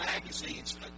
magazines